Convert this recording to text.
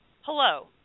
hello